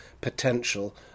potential